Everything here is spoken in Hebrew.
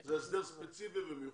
זה הסדר ספציפי ומיוחד.